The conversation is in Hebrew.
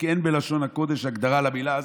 אין בלשון הקודש הגדרה למילה הזאת,